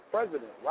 President